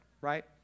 right